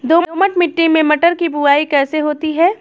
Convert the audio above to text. दोमट मिट्टी में मटर की बुवाई कैसे होती है?